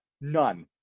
none